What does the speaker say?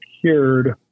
cured